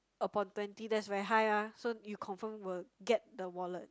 upon twenty that's very high ah so you confirm were get the wallet